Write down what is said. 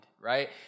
right